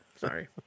Sorry